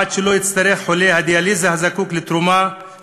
עד שלא יצטרך חולה הדיאליזה הזקוק לתרומת